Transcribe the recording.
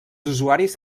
usuaris